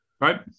Right